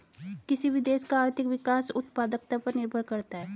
किसी भी देश का आर्थिक विकास उत्पादकता पर निर्भर करता हैं